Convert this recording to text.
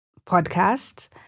podcast